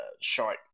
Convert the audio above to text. short